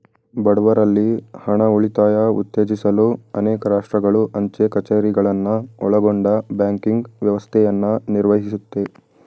ಬಡವ್ರಲ್ಲಿ ಹಣ ಉಳಿತಾಯ ಉತ್ತೇಜಿಸಲು ಅನೇಕ ರಾಷ್ಟ್ರಗಳು ಅಂಚೆ ಕಛೇರಿಗಳನ್ನ ಒಳಗೊಂಡ ಬ್ಯಾಂಕಿಂಗ್ ವ್ಯವಸ್ಥೆಯನ್ನ ನಿರ್ವಹಿಸುತ್ತೆ